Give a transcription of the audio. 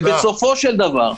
בסופו של דבר,